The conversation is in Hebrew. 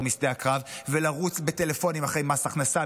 משדה הקרב ולרוץ בטלפונים אחרי מס הכנסה,